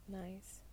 nice